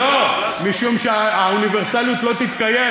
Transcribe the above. לא, משום שהאוניברסליות לא תתקיים.